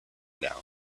down